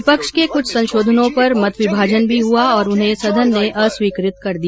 विपक्ष के कुछ संशोधनों पर मत विभाजन भी हुआ और उन्हें सदन ने अस्वीकृत कर दिया